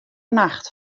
nacht